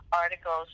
articles